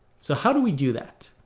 so how do we do that?